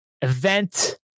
event